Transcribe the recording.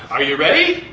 are you ready?